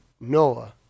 Noah